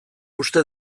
uste